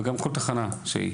וגם כל תחנה שהיא.